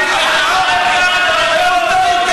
נו, באמת.